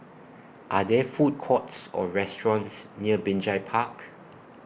Are There Food Courts Or restaurants near Binjai Park